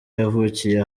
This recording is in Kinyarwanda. yavukiye